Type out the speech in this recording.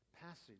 passage